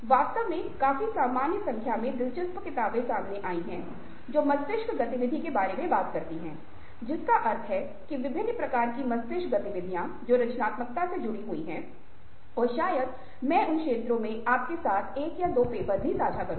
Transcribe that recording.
वास्तव में काफी सामान्य संख्या में दिलचस्प किताबें सामने आई हैं जो मस्तिष्क गतिविधियां के बारे में बात करती हैं जिसका अर्थ है कि विभिन्न प्रकार की मस्तिष्क गतिविधियां जो रचनात्मकता से जुड़ी हुई हैं और शायद मैं उन क्षेत्रों में आपके साथ 1 या 2 पेपर साझा करूंगा